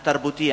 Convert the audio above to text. התרבותי,